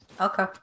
Okay